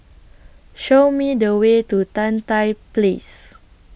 Show Me The Way to Tan Tye Place